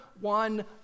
one